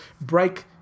break